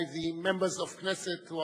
by the Members of Knesset,